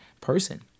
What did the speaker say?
person